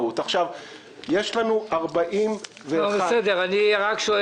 אבל ביטלו אותו, הוא לא יצא